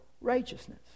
righteousness